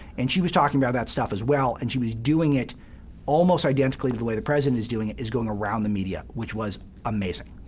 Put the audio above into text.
and she was talking about that stuff as well, and she was doing it almost identically to the way the president is doing it, is going around the media, which was amazing,